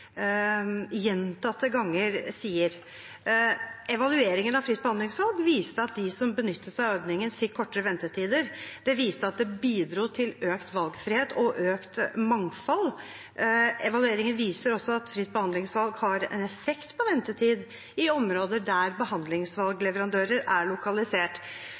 gjentatte ganger kommer med. Evalueringen av fritt behandlingsvalg viste at de som benyttet seg av ordningen, fikk kortere ventetider. Den viste at det bidro til økt valgfrihet og økt mangfold. Evalueringen viser også at fritt behandlingsvalg har en effekt på ventetid i områder der behandlingsvalgleverandører er lokalisert.